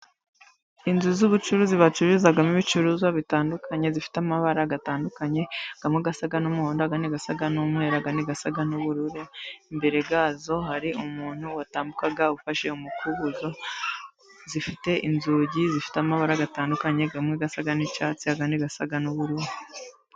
Inzu z'ubucuruzi bacururizamo ibicuruzwa bitandukanye, zifite amabara atandukanye harimo asa n'umuhondo, andi asa n'umweru, andi asa n'ubururu, imbere yazo hari umuntu watambuka ufashe umukuzo, zifite inzugi zifite amabara atandukanye, amwe asa n'icyatsi, andi asa n'ubururu.